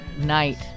night